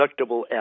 deductible